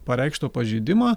pareikšto pažeidimo